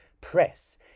Press